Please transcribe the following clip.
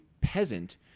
peasant